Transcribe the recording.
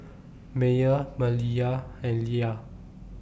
Meyer Maliyah and Ilah